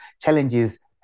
challenges